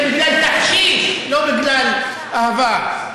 זה בגלל "תחשיש", לא בגלל אהבה.